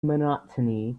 monotony